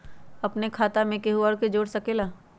अपन खाता मे केहु आर के जोड़ सके ला?